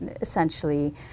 essentially